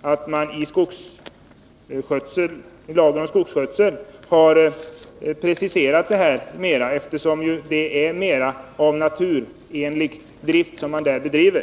att man i lagen om skogsskötsel har preciserat mera i detta avseende. Det är ju mera av naturenlig verksamhet som man där bedriver.